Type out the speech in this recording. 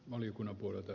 arvoisa puhemies